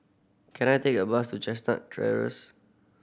can I take a bus to Chestnut